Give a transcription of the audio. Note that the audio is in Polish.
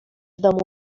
domu